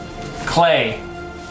Clay